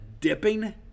dipping